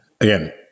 again